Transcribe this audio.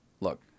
look